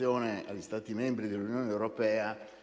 sull'applicazione agli Stati membri dell'Unione europea